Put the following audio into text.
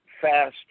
faster